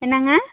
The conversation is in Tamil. என்னங்க